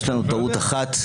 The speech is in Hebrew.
יש לנו טעות אחת,